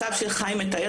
כל הדברים שחיים דיבר עליהם,